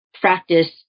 practice